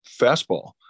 fastball